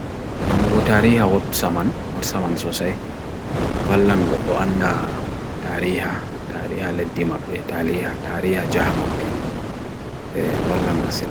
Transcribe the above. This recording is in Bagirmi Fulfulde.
jongu tariya ut saman, ut saman sosai, valan gotlu anda tariya, tariya leddim ape, tariya jahama ape, valan masin.